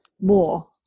more